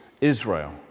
Israel